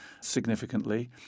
significantly